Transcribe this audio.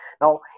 now